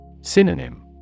Synonym